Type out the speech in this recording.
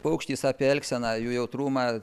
paukštis apie elgseną jų jautrumą